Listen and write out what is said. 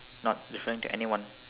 not referring to anyone